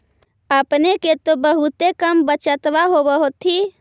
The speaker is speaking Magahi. अपने के तो बहुते कम बचतबा होब होथिं?